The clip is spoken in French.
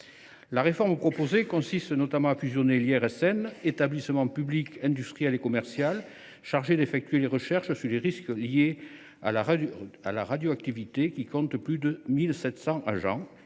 La réforme proposée consiste notamment à fusionner l’IRSN, établissement public industriel et commercial (Épic) chargé d’effectuer les recherches sur les risques liés à la radioactivité, qui compte plus de 1 700 agents,